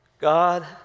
God